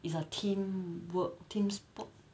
it's a team work team sport